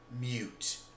mute